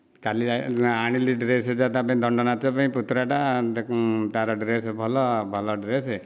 କାଲି ଆଣିଲି ଡ୍ରେସ ଯା ତା ପାଇଁ ଦଣ୍ଡ ନାଚ ପାଇଁ ପୁତୁରା ଟା ତାର ଡ୍ରେସ ଭଲ ଭଲ ଡ୍ରେସ